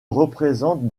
représente